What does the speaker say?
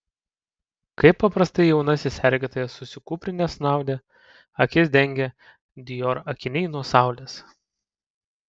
kaip paprastai jaunasis sergėtojas susikūprinęs snaudė akis dengė dior akiniai nuo saulės